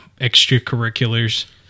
extracurriculars